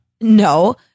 No